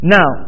Now